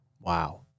Wow